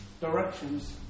directions